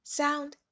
sound